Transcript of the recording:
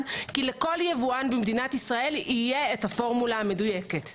כי לכל יבואן במדינת ישראל תהיה הפורמולה המדויקת.